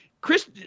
chris